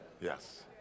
Yes